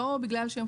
לדוגמה,